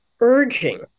urging